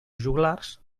joglars